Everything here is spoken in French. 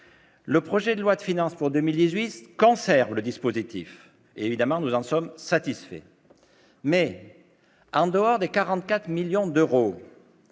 Le projet de loi de finances pour 2018 conserve le dispositif, ce dont nous sommes satisfaits. Toutefois, en dehors des 44 millions d'euros